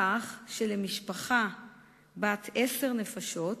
כך שלמשפחה בת עשר נפשות,